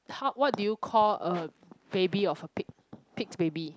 how what do you call a baby of a pig pig's baby